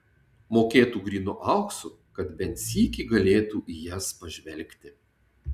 mokėtų grynu auksu kad bent sykį galėtų į jas pažvelgti